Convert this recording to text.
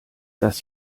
das